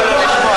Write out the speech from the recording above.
אבל הזכרת אותי,